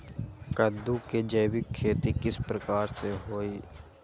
कददु के जैविक खेती किस प्रकार से होई?